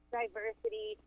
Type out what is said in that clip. diversity